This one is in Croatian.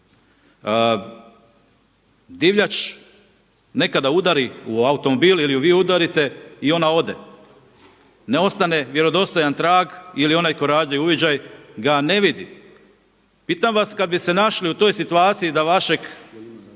Divljač nekada udari u automobil ili vi udarite i ona ode. Ne ostane vjerodostojan trag ili onaj tko radi uviđaj ga ne vidi. Pitam vas kad bi se našli u toj situaciji da vašeg